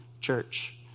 church